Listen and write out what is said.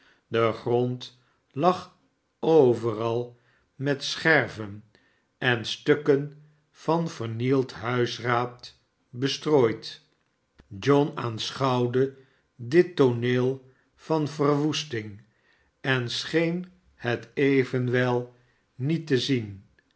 de grond lag overal met scherven en stukken van vernield huisraaa bestrooid john aanschouwde dit tooneel van verwoesting en scheen het evenwel niet te zien